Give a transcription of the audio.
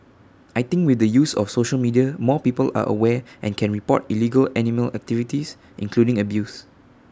I think with the use of social media more people are aware and can report illegal animal activities including abuse